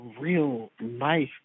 real-life